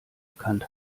erkannt